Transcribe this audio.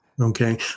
Okay